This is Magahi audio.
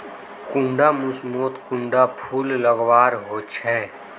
कुंडा मोसमोत कुंडा फुल लगवार होछै?